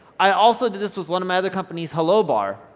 i also did this was one of my other companies hello bar,